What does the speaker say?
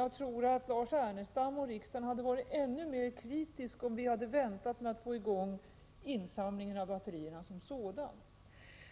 Jag tror att Lars Ernestam och riksdagen i övrigt hade varit ännu mer kritiska om vi hade väntat med att komma i gång med insamlingen av batterierna som sådan.